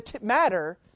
matter